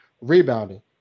rebounding